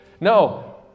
No